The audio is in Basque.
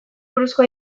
buruzko